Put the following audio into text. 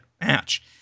match